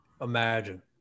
imagine